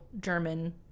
German